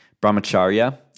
brahmacharya